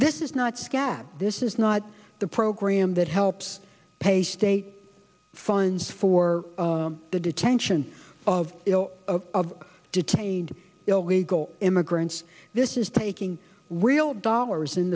this is not scad this is not the program that helps pay state fines for the detention of of detained illegal immigrants this is taking real dollars in